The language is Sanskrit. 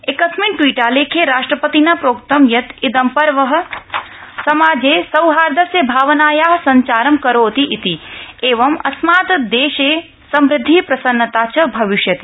एकस्मिन् ट्वीटालेख्ये राष्ट्रपतिना प्रोक्तं यत् इदं पर्व समाजे सौहार्दस्य भावनाया सञ्चारं कारोतीति एवं अस्मात् देशे समृद्धि प्रसन्नता च भविष्यति